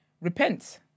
repent